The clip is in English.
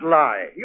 lie